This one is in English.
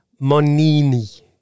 Monini